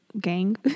gang